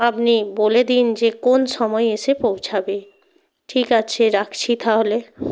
আপনি বলে দিন যে কোন সময়ে এসে পৌঁছাবে ঠিক আছে রাখছি তাহলে